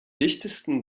dichtesten